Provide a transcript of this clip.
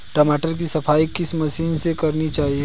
टमाटर की सफाई किस मशीन से करनी चाहिए?